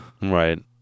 Right